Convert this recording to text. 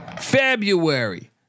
February